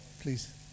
please